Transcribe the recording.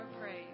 praise